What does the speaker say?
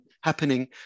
happening